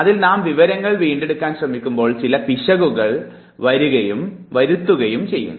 അതിനാൽ നാം വിവരങ്ങൾ വീണ്ടെടുക്കാൻ ശ്രമിക്കുമ്പോൾ ചില പിശകുകൾ അതിൽ വരുത്തുകയും ചെയ്യുന്നു